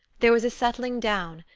there was a settling down,